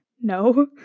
no